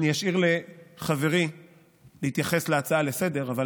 אשאיר לחברי להתייחס להצעה לסדר-היום,